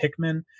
Pikmin